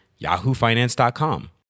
yahoofinance.com